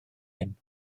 hyn